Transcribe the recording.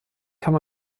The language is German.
kann